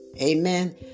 Amen